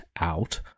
out